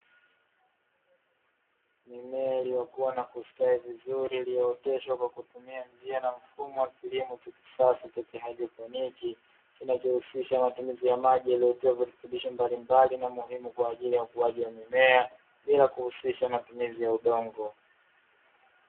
Mimea iliyokua na kustawi vizuri iliyooteshwa kwa kutumia njia na mfumo wa kilimo cha kisasa cha haidroponi, kinachohusisha matumizi ya maji yaliyotiwa virutubisho mballimbali na muhimu kwa ajili ya ukuaji wa mimea bila kuhusisha matumizi ya udongo.